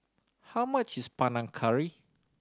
how much is Panang Curry